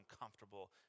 uncomfortable